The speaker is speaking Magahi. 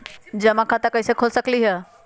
हम जमा खाता कइसे खुलवा सकली ह?